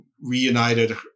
reunited